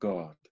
God